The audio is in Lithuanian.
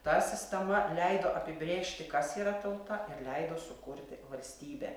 ta sistema leido apibrėžti kas yra tauta ir leido sukurti valstybę